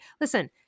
Listen